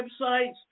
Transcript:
websites